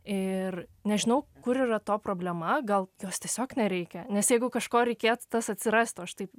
ir nežinau kur yra to problema gal jos tiesiog nereikia nes jeigu kažko reikėtų tas atsirastų aš taip